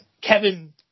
Kevin